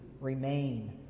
remain